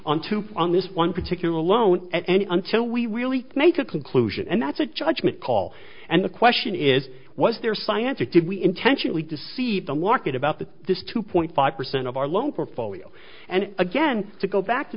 on to on this one particular alone and until we really make a conclusion and that's a judgment call and the question is was there science or did we intentionally deceive the locket about the this two point five percent of our loan portfolio and again to go back to